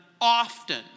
often